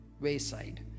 wayside